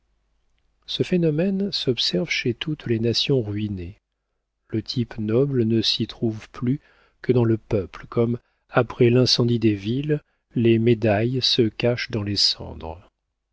ce phénomène s'observe chez toutes les nations ruinées le type noble ne s'y trouve plus que dans le peuple comme après l'incendie des villes les médailles se cachent dans les cendres